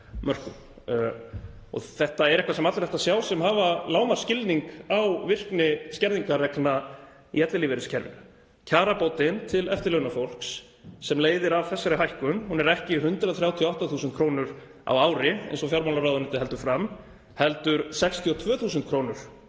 Þetta er eitthvað sem allir ættu að sjá sem hafa lágmarksskilning á virkni skerðingarreglna í ellilífeyriskerfinu. Kjarabótin til eftirlaunafólks sem leiðir af þessari hækkun er ekki 138.000 kr. á ári, eins og fjármálaráðuneytið heldur fram, heldur 62.000 kr.